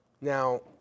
Now